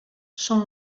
són